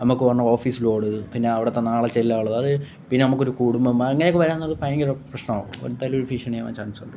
നമുക്ക് വരുന്ന office load പിന്നെ അവിടുത്തെ നാളെ ചെല്ലാനുള്ളത് അത് പിന്നെ നമുക്കൊരു കുടുംബം അങ്ങനെ ഒക്കെ വരാൻ നേരത്ത് ഭയങ്കര പ്രശ്നമാകും എന്തായാലും ഒരു ഭീഷണി ആകാൻ ചാൻസുണ്ട്